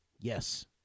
yes